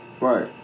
Right